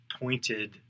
pointed